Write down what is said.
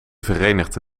verenigde